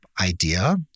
idea